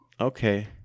Okay